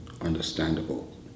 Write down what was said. understandable